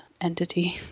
entity